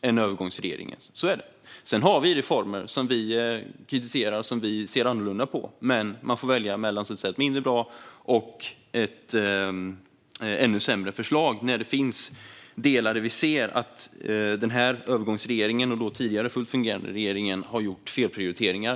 än vad övergångsregeringens förslag gör. På det sättet är det. Sedan finns det reformer som vi kritiserar och ser annorlunda på. Men man får välja mellan ett mindre bra och ett ännu sämre förslag. Det finns delar där vi ser att övergångsregeringen och den tidigare fullt fungerande regeringen har gjort felprioriteringar.